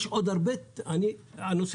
הנושא